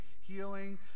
healing